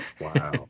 Wow